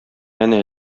әнә